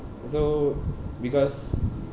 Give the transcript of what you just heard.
so because